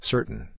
Certain